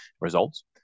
results